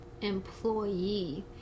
Employee